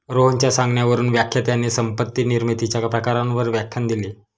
रोहनच्या सांगण्यावरून व्याख्यात्याने संपत्ती निर्मितीच्या प्रकारांवर व्याख्यान दिले